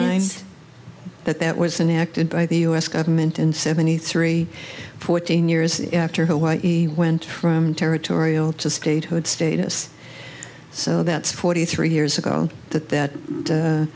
mean that that was enacted by the us government in seventy three fourteen years after hawaii went from territorial to statehood status so that's forty three years ago that that